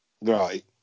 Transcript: Right